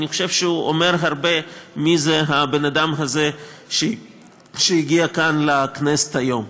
אני חושב שהוא אומר הרבה מי זה האדם הזה שהגיע כאן לכנסת היום.